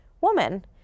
woman